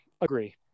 Agree